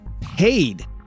paid